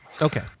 Okay